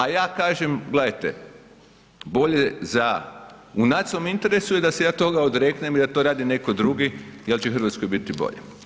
A ja kažem gledajte bolje da u nacionalnom interesu je da se ja toga odreknem i da to radi netko drugi jer će Hrvatskoj biti bolje.